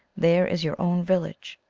there is your own village!